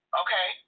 okay